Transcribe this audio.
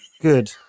good